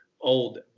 old